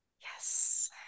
Yes